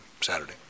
Saturday